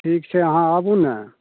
ठीक छै अहाँ आबू ने